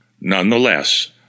Nonetheless